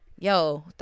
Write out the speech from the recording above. Yo